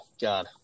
God